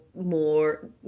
more